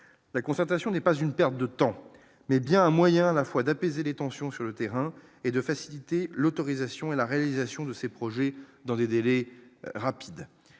la concertation n'est pas une perte de temps, mais bien un moyen à la fois d'apaiser les tensions sur le terrain et de faciliter l'autorisation et la réalisation de ces projets dans des délais rapides,